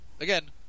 again